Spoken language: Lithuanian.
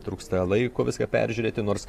trūksta laiko viską peržiūrėti nors